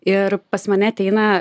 ir pas mane ateina